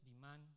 demand